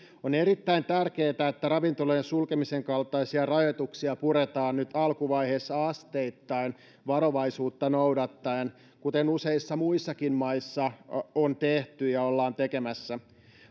on erittäin tärkeätä että ravintoloiden sulkemisen kaltaisia rajoituksia puretaan nyt alkuvaiheessa asteittain varovaisuutta noudattaen kuten useissa muissakin maissa on tehty ja ollaan tekemässä